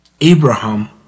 Abraham